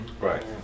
Right